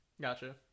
Gotcha